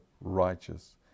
righteous